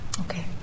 Okay